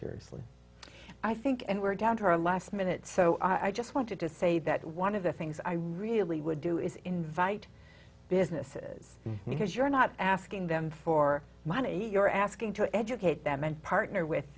seriously i think and we're down to our last minute so i just wanted to say that one of the things i really would do is invite businesses because you're not asking them for money you're asking to educate them and partner with